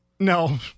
No